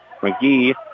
McGee